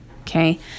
Okay